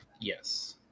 Yes